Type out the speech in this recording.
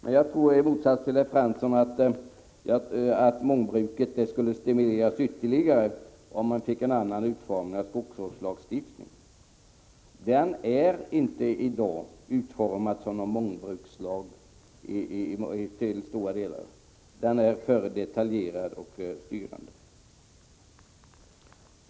Men jag tror i motsats till Jan Fransson att mångbruket skulle stimuleras ytterligare om vi fick en annan utformning av skogsvårdslagstiftningen. Den är i dag till stora delar inte utformad som en mångbrukslag. Den är för detaljerad och styrande.